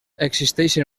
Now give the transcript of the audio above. existeixen